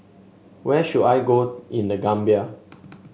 where should I go in The Gambia